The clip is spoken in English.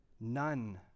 None